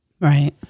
Right